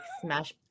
smash